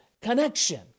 connection